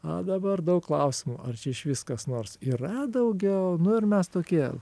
o dabar daug klausimų ar išvis kas nors yra daugiau nu ir mes tokie